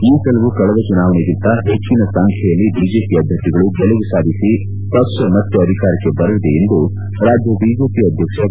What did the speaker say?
ಈ ಸಲವೂ ಕಳೆದ ಚುನಾವಣೆಗಿಂತ ಹೆಚ್ಚನ ಸಂಖ್ಯೆಯಲ್ಲಿ ಬಿಜೆಪಿ ಅಭ್ಯರ್ಥಿಗಳು ಗೆಲುವು ಸಾಧಿಸಿ ಪಕ್ಷ ಮತ್ತೆ ಅಧಿಕಾರಕ್ಕೆ ಬರಲಿದೆ ಎಂದು ರಾಜ್ಞ ಬಿಜೆಪಿ ಅಧ್ಯಕ್ಷ ಬಿ